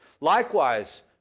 Likewise